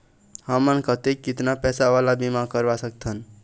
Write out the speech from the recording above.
हमन कतेक कितना पैसा वाला बीमा करवा सकथन?